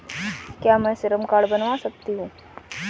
क्या मैं श्रम कार्ड बनवा सकती हूँ?